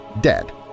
dead